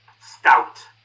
stout